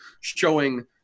showing